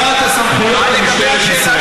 אבל, זכותך, על ידי החזרת הסמכויות למשטרת ישראל.